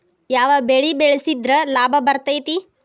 ಯಾವ ಬೆಳಿ ಬೆಳ್ಸಿದ್ರ ಲಾಭ ಬರತೇತಿ?